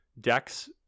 decks